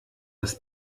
das